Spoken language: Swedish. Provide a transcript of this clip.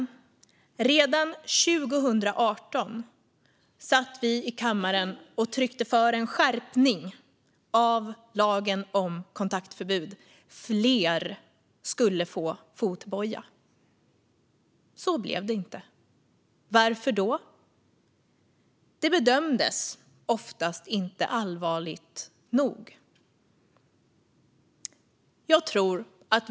År 2018 röstade kammaren för en skärpning av lagen om kontaktförbud. Fler skulle få fotboja. Så blev det inte. Varför? Jo, brottet bedömdes oftast inte som allvarligt nog.